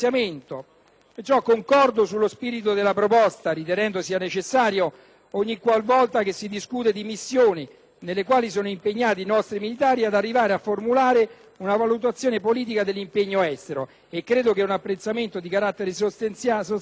quindi, sullo spirito della proposta, ritenendo che, ogni qualvolta si discute di missioni nelle quali sono impegnati i nostri militari, sia necessario arrivare a formulare una valutazione politica dell'impegno estero. Credo che un apprezzamento di carattere sostanziale